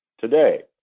today